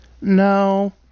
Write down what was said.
no